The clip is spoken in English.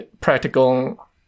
practical